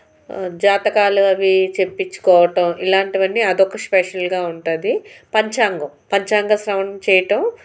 జాతకాలు అవి చెప్పించుకోవటం ఇలాంటివన్నీ అదొక స్పెషల్గా ఉంటుంది పంచాంగం పంచాంగం శ్రవణం చేయటం